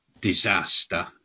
disaster